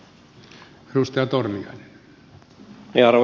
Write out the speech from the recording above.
arvoisa puhemies